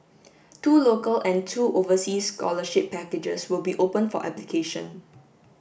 two local and two overseas scholarship packages will be open for application